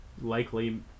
likely